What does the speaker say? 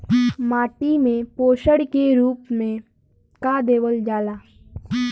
माटी में पोषण के रूप में का देवल जाला?